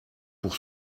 pour